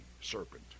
serpent